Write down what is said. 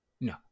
No